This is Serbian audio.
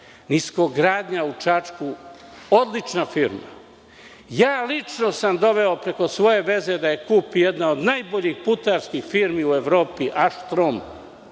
„Niskogradnja – Čačak“ je odlična firma. Lično sam doveo preko svoje veze da je kupi jedna od najboljih putarskih firmi u Evropi „Aštrum“,